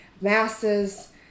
masses